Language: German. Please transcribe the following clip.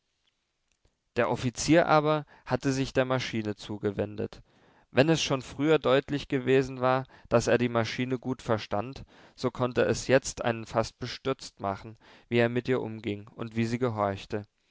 der offizier aber hatte sich der maschine zugewendet wenn es schon früher deutlich gewesen war daß er die maschine gut verstand so konnte es jetzt einen fast bestürzt machen wie er mit ihr umging und wie sie gehorchte